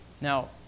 Now